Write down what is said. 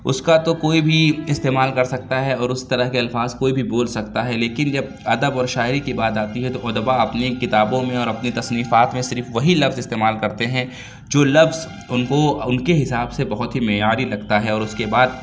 اس کا تو کوئی بھی استعمال کر سکتا ہے اور اس طرح کے الفاظ کوئی بھی بول سکتا ہے لیکن جب ادب اور شاعری کی بات آتی ہے تو ادبا اپنی کتابوں میں اور اپنی تصنیفات میں صرف وہی لفظ استعمال کرتے ہیں جو لفظ ان کو ان کے حساب سے بہت ہی معیاری لگتا ہے اور اس کے بعد